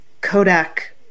Kodak